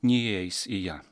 neįeis į ją